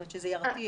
כלומר שזה ירתיע?